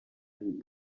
and